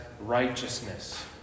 righteousness